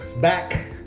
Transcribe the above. Back